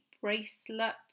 bracelet